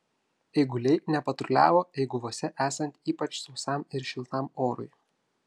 eiguliai nepatruliavo eiguvose esant ypač sausam ir šiltam orui